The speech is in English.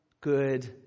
good